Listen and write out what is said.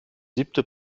siebente